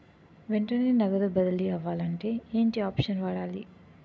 వెంటనే నగదు బదిలీ అవ్వాలంటే ఏంటి ఆప్షన్ వాడాలి?